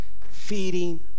feeding